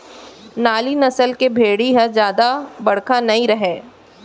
नाली नसल के भेड़ी ह जादा बड़का नइ रहय